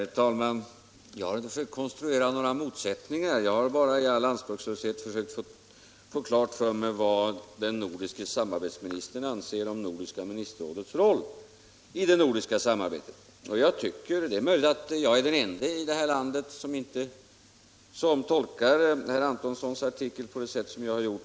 Herr talman! Jag har inte försökt konstruera några motsättningar. Jag har bara i all anspråkslöshet försökt få klart för mig vad den nordiske samarbetsministern anser om nordiska ministerrådets roll i det nordiska samarbetet. Det är möjligt att jag är den ende i det här landet som tolkar herr Antonssons artikel på det sätt som jag har gjort.